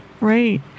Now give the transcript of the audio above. Right